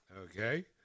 Okay